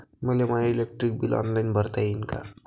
मले my electric bill online भरता येईन का?